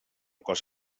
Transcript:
cos